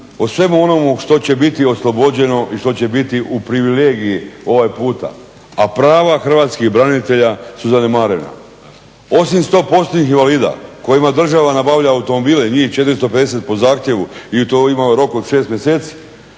o svemu onome što će biti oslobođeno i što će biti u privilegiji ovaj puta, a prava hrvatskih branitelja su zanemarena. Osim 100%-nih invalida kojima država nabavlja automobile, njih 450 po zahtjevu, i to imamo rok od 6 mjeseci.